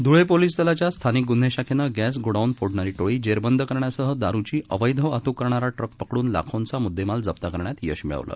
Dhule police दलाच्या स्थानिक गुन्हे शाखेनं गॅस गोडाऊन फोडणारी टोळी जेरबंद करण्यासह दारुची अवैध वाहतुक करणारा ट्रक पकडून लाखोंचा मुद्देमाल जप्त करण्यात यश मिळवले